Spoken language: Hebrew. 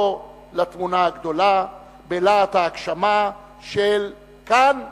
לתמונה הגדולה בלהט ההגשמה של כאן ועכשיו.